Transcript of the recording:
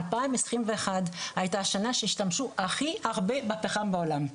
2021 הייתה השנה שהשתמשו הכי הרבה בפחם בעולם,